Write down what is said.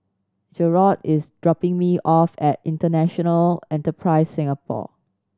Jerrold is dropping me off at International Enterprise Singapore